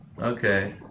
Okay